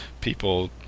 people